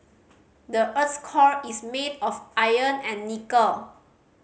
the earth's core is made of iron and nickel